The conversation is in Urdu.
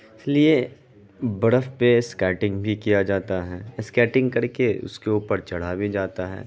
اس لیے برف پہ اسکیٹنگ بھی کیا جاتا ہے اسکیٹنگ کر کے اس کے اوپر چڑھا بھی جاتا ہے